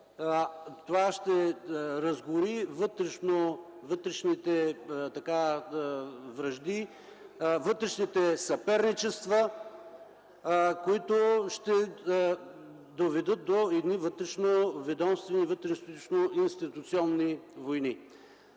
а ще разгори вътрешните вражди, вътрешните съперничества, които ще доведат до вътрешноведомствени и вътрешноинституционални войни.